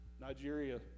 Nigeria